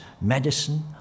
medicine